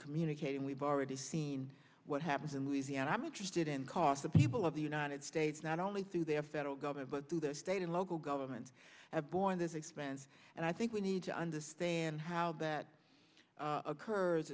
communicate and we've already seen what happens in louisiana i'm interested in cos the people of the united states not only through their federal government but through the state and local governments have borne this expense and i think we need to understand how that